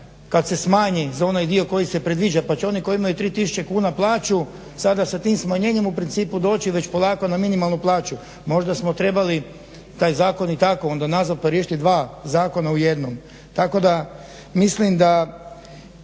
kada se smanji za onaj dio koji se predviđa pa će oni koji imaju 3000 kuna plaću sada sa tim smanjenjem u principu doći već polako na minimalnu plaću. Možda smo trebali taj zakon i tako onda nazvati … dva zakona u jednom. Tako da mislim da